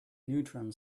neutron